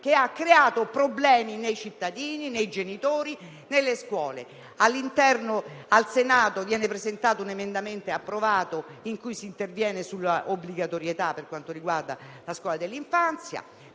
che ha creato problemi nei cittadini, nei genitori, nelle scuole. Al Senato viene presentato e approvato un emendamento con cui si interviene sull'obbligatorietà per quanto riguarda la scuola dell'infanzia;